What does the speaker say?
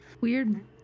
weird